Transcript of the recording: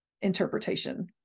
interpretation